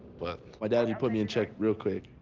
but my dad would put me in check real quick.